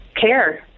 care